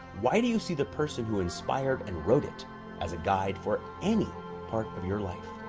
why do you see the person who inspired and wrote it as a guide for any part of your life?